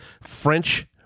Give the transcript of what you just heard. French